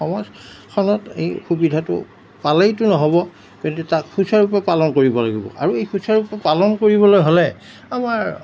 সমাজখনত এই সুবিধাটো পালেইতো নহ'ব কিন্তু তাক সুচাৰুৰূপে পালন কৰিব লাগিব আৰু এই সুচাৰুৰূপে পালন কৰিবলৈ হ'লে আমাৰ